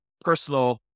personal